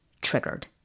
triggered